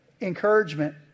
Encouragement